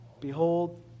Behold